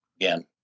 again